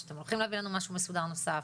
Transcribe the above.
שאתם הולכים להביא לנו משהו מסודר נוסף?